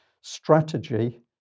strategy